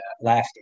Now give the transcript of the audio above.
Laughing